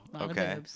Okay